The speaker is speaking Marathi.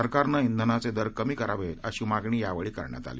सरकारनं इंधनाचद्विर कमी करावतीअशी मागणी यावळी करण्यात आली